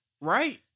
Right